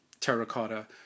terracotta